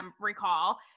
recall